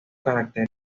caracteres